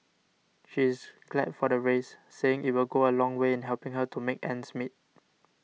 she is glad for the raise saying it will go a long way in helping her to make ends meet